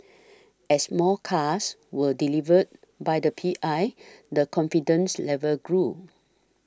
as more cars were delivered by the P I the confidence level grew